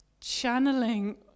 channeling